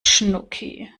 schnucki